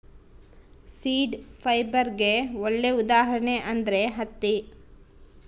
seed ಫೈಬರ್ಗೆ ಒಳ್ಳೆ ಉದಾಹರಣೆ ಅಂದ್ರೆ ಹತ್ತಿ